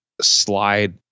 slide